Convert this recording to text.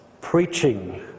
preaching